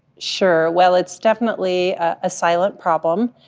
sure, well, it's definitely a silent problem.